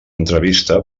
entrevista